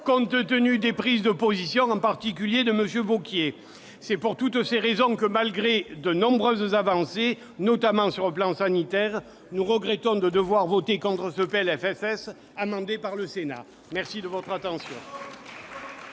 compte tenu de certaines prises de positions, en particulier celles de M. Wauquiez. Pour toutes ces raisons, et malgré de nombreuses avancées, notamment sur le plan sanitaire, nous regrettons de devoir voter contre ce PLFSS amendé par le Sénat. La parole est